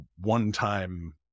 one-time